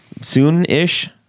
soon-ish